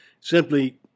Simply